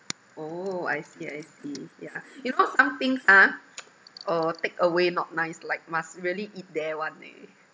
oh I see I see yeah you know some things ah uh takeaway not nice like must really eat there [one] eh